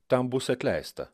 tam bus atleista